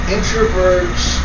Introverts